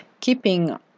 keeping